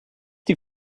die